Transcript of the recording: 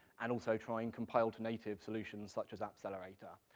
and also trying compile-to-native solutions such as appcelerator.